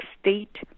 State